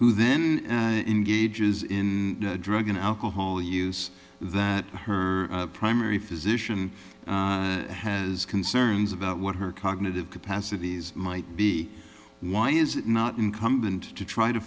who then engages in drug and alcohol use that her primary physician has concerns about what her cognitive capacities might be why is it not incumbent to try to